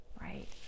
right